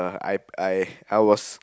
I I I was